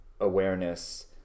awareness